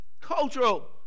Cultural